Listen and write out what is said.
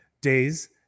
Days